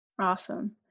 awesome